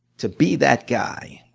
to be that guy?